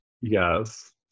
Yes